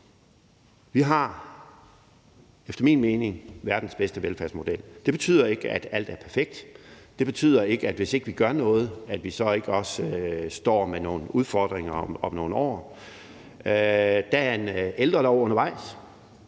vi har efter min mening verdens bedste velfærdsmodel. Det betyder ikke, at alt er perfekt, det betyder ikke, at vi, hvis ikke vi gør noget, så ikke også står med nogle udfordringer om nogle år. Der er en ældrelov undervejs.